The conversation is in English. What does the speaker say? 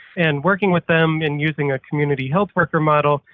and working with them and using a community health worker model,